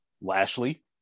Lashley